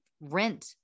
rent